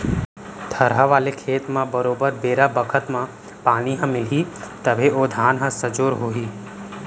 थरहा वाले खेत म बरोबर बेरा बखत म पानी ह मिलही तभे ओ धान ह सजोर हो ही